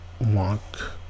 walk